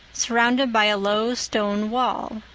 surrounded by a low stone wall.